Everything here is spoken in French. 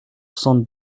soixante